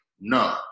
No